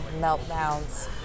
meltdowns